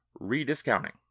rediscounting